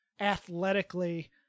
athletically